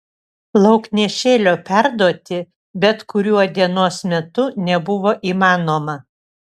lauknešėlio perduoti bet kuriuo dienos metu nebuvo įmanoma